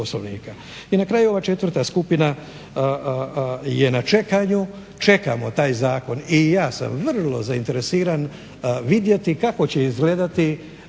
I na kraju ova četvrta skupina je na čekanju, čekamo taj zakon i ja sam vrlo zainteresiran vidjeti kako će izgledati,